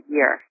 Year